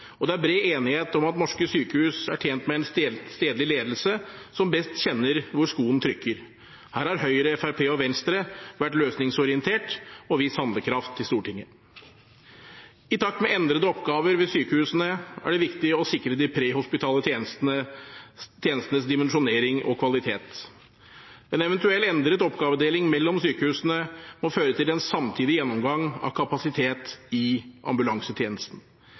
og det er bred enighet om at norske sykehus er tjent med en stedlig ledelse, som best kjenner hvor skoen trykker. Her har Høyre, Fremskrittspartiet og Venstre vært løsningsorientert og vist handlekraft i Stortinget. I takt med endrede oppgaver ved sykehusene er det viktig å sikre de prehospitale tjenestenes dimensjonering og kvalitet. En eventuell endret oppgavedeling mellom sykehusene må føre til en samtidig gjennomgang av kapasitet i ambulansetjenesten.